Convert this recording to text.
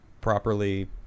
properly